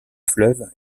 fleuve